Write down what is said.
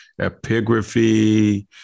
epigraphy